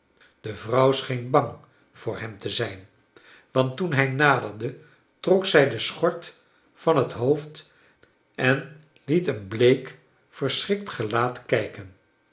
de vrouw scheen bang voor hem te zijn want toen hij naderde trok zij de schort van het hoofd en liet een bleek verschrikt gelaat kijken